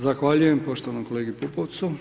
Zahvaljujem poštovanom kolegi Pupovcu.